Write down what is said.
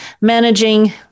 managing